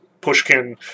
Pushkin